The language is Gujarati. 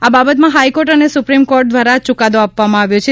આ બાબતમાં હાઇકોર્ટ અને સુપ્રીમ કોર્ટ દ્વારા ચુકાદાઓ આપવામાં આવ્યા છે